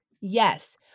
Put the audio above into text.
Yes